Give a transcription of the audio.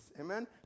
Amen